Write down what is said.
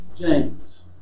James